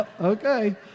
Okay